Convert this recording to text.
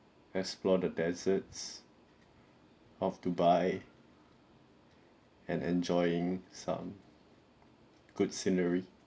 explore the deserts of dubai and enjoying some good scenery